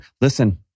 listen